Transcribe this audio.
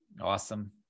Awesome